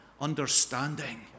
understanding